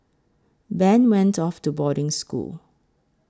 Ben went off to boarding school